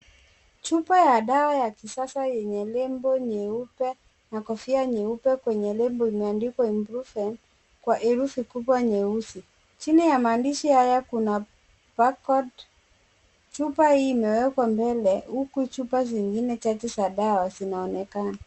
Chupa ya dawa ya kisasa yenye nembo nyeupe na kofia nyeupe kwenye lebo imeandikwa improvement kwa herufi kubwa nyeusi. Chini ya maandishi haya kuna backward . Chupa hii imewekwa mbele, huku chupa zingine chache za dawa zinaonekana.